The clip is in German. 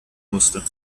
musste